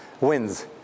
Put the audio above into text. Wins